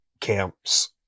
camps